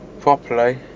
properly